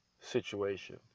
situation